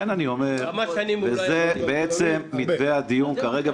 וזה בעצם מתווה הדיון כרגע,